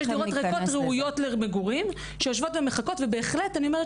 יש דירות ריקות ראויות למגורים שיושבות ומחכות ובהחלט.